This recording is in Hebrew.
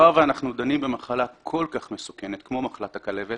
מאחר ואנחנו דנים במחלה כל כך מסוכנת כמו מחלת הכלבת